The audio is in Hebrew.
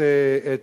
את